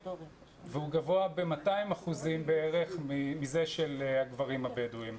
והוא גבוה ב-200% בערך מזה של הגברים הבדואים.